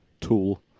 Tool